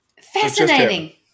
Fascinating